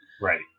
Right